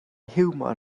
hiwmor